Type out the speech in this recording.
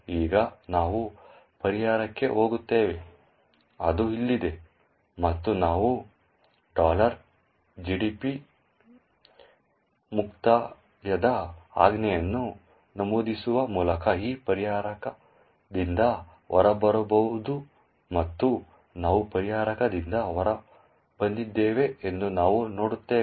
ಈಗ ನಾವು ಪರಿಹಾರಕಕ್ಕೆ ಹೋಗುತ್ತೇವೆ ಅದು ಇಲ್ಲಿದೆ ಮತ್ತು ನಾವು gdb ಮುಕ್ತಾಯದ ಆಜ್ಞೆಯನ್ನು ನಮೂದಿಸುವ ಮೂಲಕ ಈ ಪರಿಹಾರಕದಿಂದ ಹೊರಬರಬಹುದು ಮತ್ತು ನಾವು ಪರಿಹಾರಕದಿಂದ ಹೊರಬಂದಿದ್ದೇವೆ ಎಂದು ನಾವು ನೋಡುತ್ತೇವೆ